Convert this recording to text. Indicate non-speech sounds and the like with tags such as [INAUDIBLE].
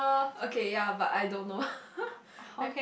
okay ya but I don't know [LAUGHS] I